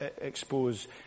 expose